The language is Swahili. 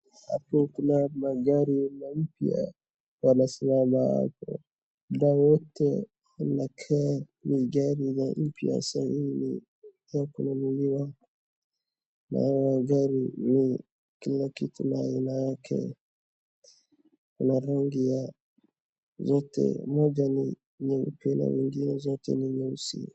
Hapo kuna magari mapya wanasimama hapo. Ambao wote nimaga gari la mpya saa hii ni ya kununuliwa. Na gari ni kila kitu na aina yake. Kuna rangi ya zote moja ni nyeupe na wengine zote ni nyeusi.